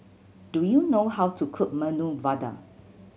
do you know how to cook Medu Vada